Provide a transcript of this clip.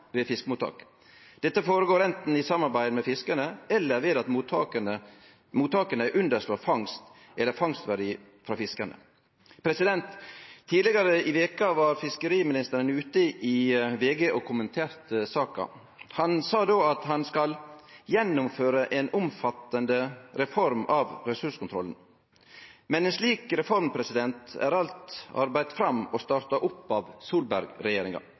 ved fiskemottak. Dette foregår enten i samarbeid med fiskerne eller ved at mottakene underslår fangst eller fangstverdi fra fiskerne.» Tidlegare i veka var fiskeriministeren ute i VG og kommenterte saka. Han sa då at han skal gjennomføre ei omfattande reform av ressurskontrollen. Men ei slik reform er alt arbeidd fram og starta opp av